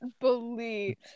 believe